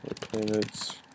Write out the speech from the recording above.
planets